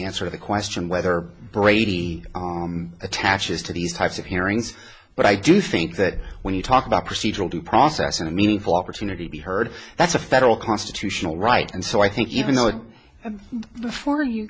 answer the question whether brady attaches to these types of hearings but i do think that when you talk about procedural due process in a meaningful opportunity to be heard that's a federal constitutional right and so i think even that before you